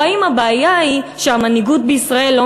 או האם הבעיה היא שהמנהיגות בישראל לא